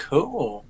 Cool